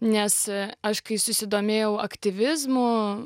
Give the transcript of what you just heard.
nes aš kai susidomėjau aktyvizmu